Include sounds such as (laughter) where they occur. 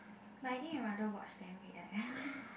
but I think I rather watch than read eh (laughs)